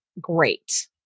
Great